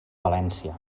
valència